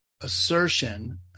assertion